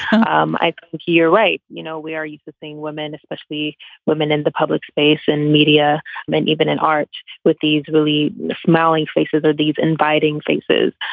um i could hear. right. you know, we are used to seeing women, especially women in the public space and media men, even in art with these really smiling faces. are these inviting faces?